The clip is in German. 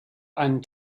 einen